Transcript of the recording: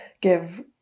give